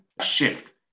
shift